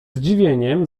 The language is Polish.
zdziwieniem